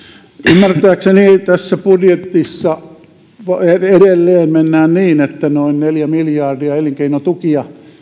ymmärtääkseni tässä budjetissa mennään edelleen niin että ensi vuonna jaetaan noin neljä miljardia elinkeinotukia